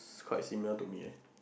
it's quite similar to me eh